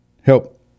help